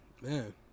Man